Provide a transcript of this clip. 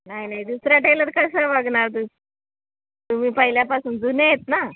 नाही नाही दुसरं टेलर कसं बघणार तुम्ही पहिल्यापासून जुने आहेत ना